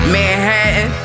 Manhattan